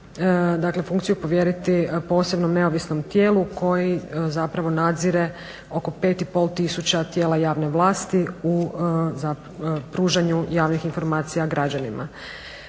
dakle funkciju povjeriti posebnom neovisnom tijelu koji zapravo nadzire oko 5,5 tisuća tijela javne vlasti u pružanju javnih informacija građanima.